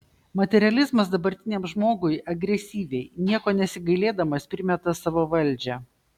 materializmas dabartiniam žmogui agresyviai nieko nesigailėdamas primeta savo valdžią